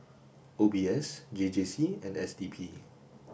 O B S J J C and S D P